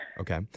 Okay